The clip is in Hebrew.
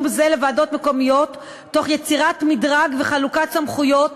זה לוועדות מקומיות תוך יצירת מדרג וחלוקת סמכויות